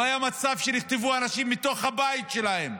לא היה מצב שנחטפו אנשים מתוך הבית שלהם.